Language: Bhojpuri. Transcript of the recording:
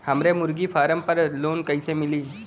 हमरे मुर्गी फार्म पर लोन कइसे मिली?